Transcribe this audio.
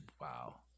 Wow